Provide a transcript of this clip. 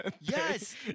Yes